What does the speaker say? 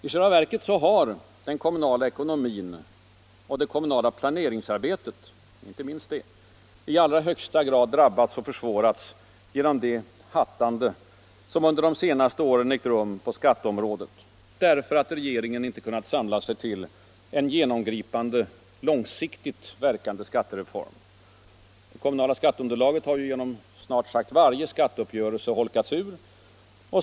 I själva verket har den kommunala ekonomin och inte minst det kommunala planeringsarbetet i allra högsta grad drabbats och försvårats genom det ”hattande” som under de senaste åren ägt rum på skatteområdet därför att regeringen inte kunnat samla sig till en genomgripande långsiktigt verkande skattereform. Det kommunala skatteunderlaget har genom snart sagt varje skatteuppgörelse holkats ur.